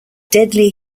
deadly